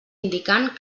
indicant